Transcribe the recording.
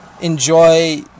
enjoy